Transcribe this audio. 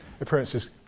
appearances